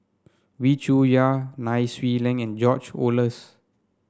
Wee Cho Yaw Nai Swee Leng and George Oehlers